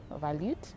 valued